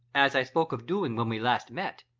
as i spoke of doing when we last met,